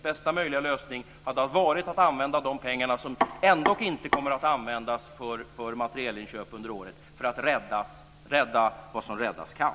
Bästa möjliga lösning hade varit att använda de pengar som ändå inte kommer att användas för materielinköp under året för att rädda vad som räddas kan.